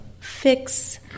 fix